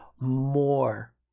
more